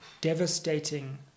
devastating